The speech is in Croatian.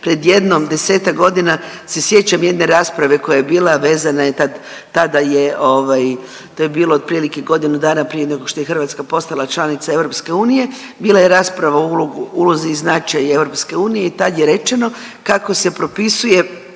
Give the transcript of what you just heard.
pred jedno 10-tak godina se sjećam jedne rasprave koja je bila, vezana je tad, tada je ovaj, to je bilo otprilike godinu dana prije nego što je Hrvatska postala članica EU, bila je rasprava o ulogu, o ulozi i značaju EU i tad je rečeno kako se propisuje,